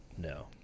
no